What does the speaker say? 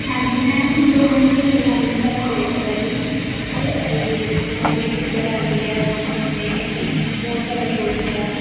ਹਾਂਜੀ ਮੈਮ ਰੋਹਨ ਵੀ ਮੇਰੇ ਨਾਲ ਇਹੀ ਗੱਲ ਕਰੀ ਕਰਦਾ ਜੀ ਕਿ ਉਹਨੂੰ ਵੀ ਦਿੱਕਤ ਆਉਂਦੀ ਹੈ ਡਾਂਸ ਸਿੱਖਦੇ ਕਿਉਂਕਿ ਬਹੁਤ ਜਿਆਦਾ ਸ਼ੋਰ ਹੁੰਦਾ ਹੈ